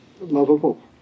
Lovable